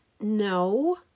No